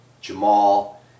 Jamal